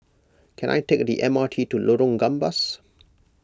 can I take the M R T to Lorong Gambas